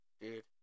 Dude